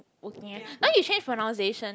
wo kia eh now you change pronunciation